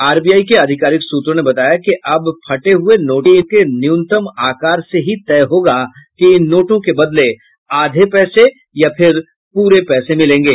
RBI के अधिकारिक सूत्रों ने बताया कि अब फटे हुये नोटों के न्यूनतम आकार से ही तय होगा कि इन नोटों के बदले आधे पैसे या पूरे पैसे मिलेंगे